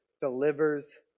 delivers